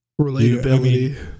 Relatability